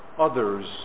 others